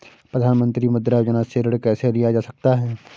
प्रधानमंत्री मुद्रा योजना से ऋण कैसे लिया जा सकता है?